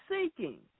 seeking